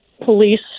police